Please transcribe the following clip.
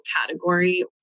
category